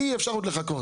אי אפשר עוד לחכות.